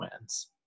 wins